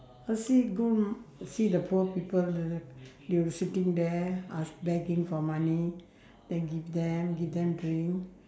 firstly go see the poor people the the they were sitting there begging for money then give them give them drink